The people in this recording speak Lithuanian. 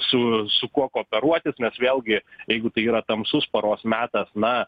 su su kuo kooperuotis nes vėlgi jeigu tai yra tamsus paros metas na